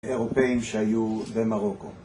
אירופאים שהיו במרוקו